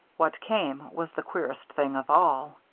what came was the queerest thing of all.